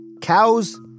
Cows